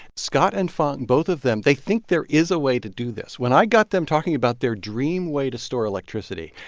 scott and fong both of them they think there is a way to do this. when i got them talking about their dream way to store electricity,